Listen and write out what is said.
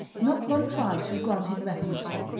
not one tribe shall grant it refuge.